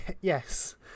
Yes